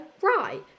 right